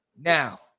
Now